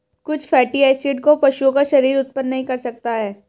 कुछ fatty acid को पशुओं का शरीर उत्पन्न नहीं कर सकता है